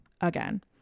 again